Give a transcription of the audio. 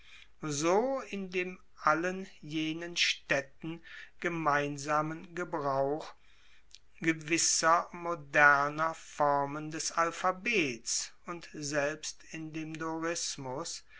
so in dem allen jenen staedten gemeinsamen gebrauch gewisser moderner formen des alphabets und selbst in dem dorismus